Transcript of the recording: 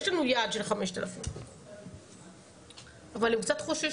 יש לנו יעד של 5,000. אבל הם קצת חוששים,